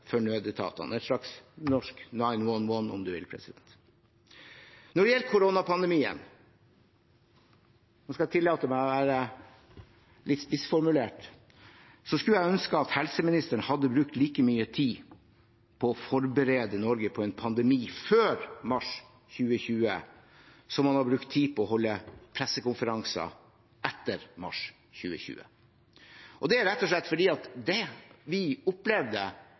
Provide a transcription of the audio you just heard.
for nødetatene, et slags norsk 911, om du vil. Når det gjelder koronapandemien, skal jeg tillate meg å være litt spissformulert: Jeg skulle ønske at helseministeren hadde brukt like mye tid på å forberede Norge på en pandemi før mars 2020 som han har brukt tid på å holde pressekonferanser etter mars 2020. Det er rett og slett fordi det vi opplevde